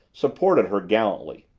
supported her gallantly.